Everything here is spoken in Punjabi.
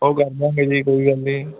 ਓਹ ਕਰ ਦਾਂਗੇ ਜੀ ਕੋਈ ਗੱਲ ਨਹੀਂ